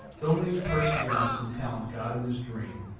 dominique's perseverance and talent got him his dream.